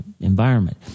environment